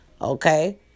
Okay